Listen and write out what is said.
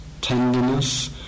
tenderness